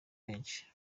benshi